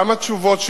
גם התשובות שהגיעו.